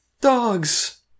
Dogs